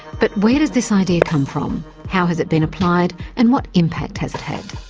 but where does this idea come from, how has it been applied, and what impact has it had?